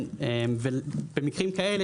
במקרים כאלה,